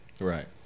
Right